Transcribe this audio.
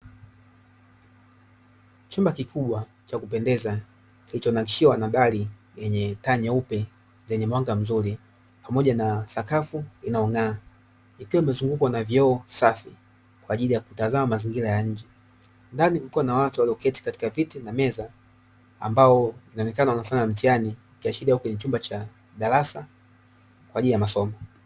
Chumba kikubwa cha kupendeza kilichonakishiwa, na dari, taa nyeupe zenye mwanga mzuri pamoja na sakafu inayong'aa, ikiwa imezunguukwa na vioo safi kwa ajili ya kutazama mazingira ya nje. Ndani kukiwa na watu walioketi katika viti na meza, ambao inaonekana wanafanya mtihani, ikiashiria kwenye chumba cha darasa kwa ajili ya masomo.